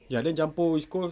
ya then campur east coast